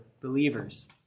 believers